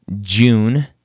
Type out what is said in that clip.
June